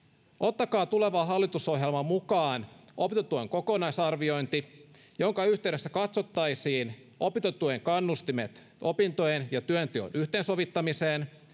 ottakaa tulevaan hallitusohjelmaan mukaan opintotuen kokonaisarviointi jonka yhteydessä katsottaisiin opintotuen kannustimet opintojen ja työnteon yhteensovittamiseen